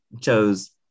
chose